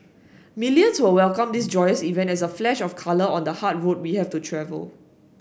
millions will welcome this joyous event as a flash of colour on the hard road we have to travel